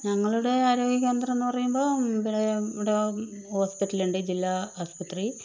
ഞങ്ങളുടെ ആരോഗ്യകേന്ദ്രമെന്ന് പറയുമ്പോൾ ഇവിടെ ഇവിടെ ഹോസ്പിറ്റലുണ്ട് ജില്ലാ ആശുപത്രി